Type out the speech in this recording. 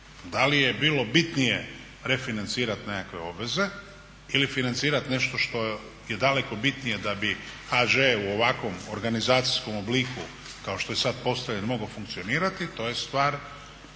Da li je bilo bitnije refinancirat nekakve obveze ili financirat nešto što je daleko bitnije da bi HŽ u ovakvom organizacijskom obliku kao što je sad postavljen mogao funkcionirati to je stvar